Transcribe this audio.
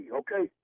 okay